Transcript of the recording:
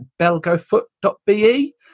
belgofoot.be